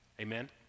Amen